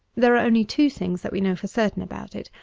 there are only two things that we know for certain about it.